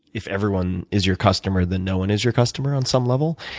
if everyone is your customer, then no one is your customer on some level.